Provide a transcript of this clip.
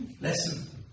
Listen